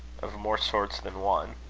of more sorts than one.